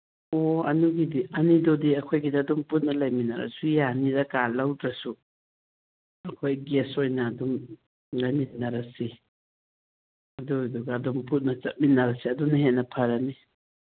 ꯑꯣ ꯑꯗꯨꯒꯤꯗꯤ ꯑꯅꯤꯗꯨꯗꯤ ꯑꯩꯈꯣꯏꯒꯤꯗ ꯑꯗꯨꯝ ꯄꯨꯟꯅ ꯂꯩꯃꯤꯟꯅꯔꯁꯨ ꯌꯥꯅꯤꯗ ꯀꯥ ꯂꯧꯗ꯭ꯔꯁꯨ ꯑꯩꯈꯣꯏ ꯒꯦꯁ ꯑꯣꯏꯅ ꯑꯗꯨꯝ ꯂꯩꯃꯤꯟꯅꯔꯁꯤ ꯑꯗꯨꯗꯨꯒ ꯑꯗꯨꯝ ꯄꯨꯟꯅ ꯆꯠꯃꯤꯟꯅꯔꯁꯦ ꯑꯗꯨꯅ ꯍꯦꯟꯅ ꯐꯔꯅꯤ